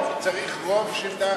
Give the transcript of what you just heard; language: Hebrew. צריך רוב של,